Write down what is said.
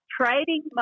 Trading